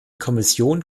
kommission